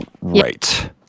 Right